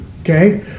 Okay